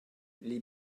les